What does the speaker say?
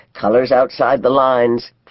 colors-outside-the-lines